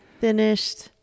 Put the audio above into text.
finished